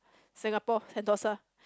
Singapore Sentosa